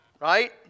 Right